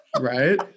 right